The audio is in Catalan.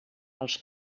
els